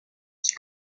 qui